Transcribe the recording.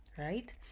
right